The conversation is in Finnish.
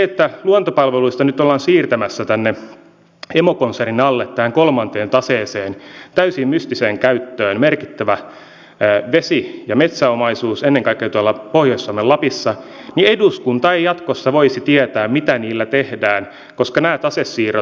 kun luontopalveluista nyt ollaan siirtämässä tänne emokonsernin alle tähän kolmanteen taseeseen täysin mystiseen käyttöön merkittävä vesi ja metsäomaisuus ennen kaikkea tuolla pohjois suomen lapissa niin eduskunta ei jatkossa voisi tietää mitä niillä tehdään koska nämä tasesiirrot